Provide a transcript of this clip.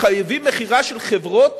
מחייבים מכירה של חברות